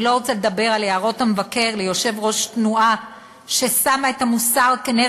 אני לא רוצה לדבר על הערות המבקר ליושב-ראש תנועה ששמה את המוסר כנר